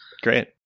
Great